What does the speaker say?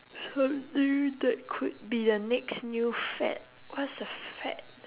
something that could be a next new fad what's a fad